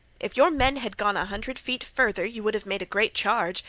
if your men had gone a hundred feet farther you would have made a great charge,